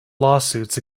lawsuits